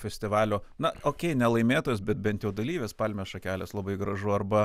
festivalio na okei ne laimėtojas bet bent jo dalyvis palmės šakelės labai gražu arba